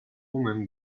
woman